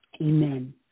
amen